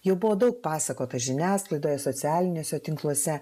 jau buvo daug pasakota žiniasklaidoje socialiniuose tinkluose